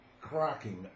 cracking